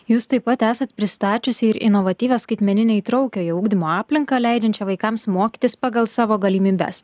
jūs taip pat esat pristačiusi ir inovatyvią skaitmeninę įtraukiojo ugdymo aplinką leidžiančią vaikams mokytis pagal savo galimybes